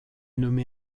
nommé